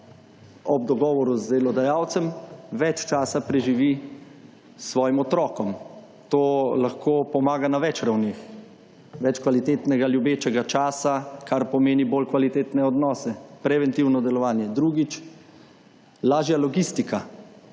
ob dogovoru z delodajalcem, več časa preživi s svojim otrokom. To lahko pomaga na več ravneh: več kvalitetnega ljubečega časa, kar pomeni bolj kvalitetne odnose, preventivno delovanje drugič, lažja logistika.